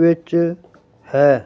ਵਿੱਚ ਹੈ